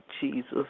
Jesus